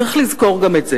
צריך לזכור גם את זה.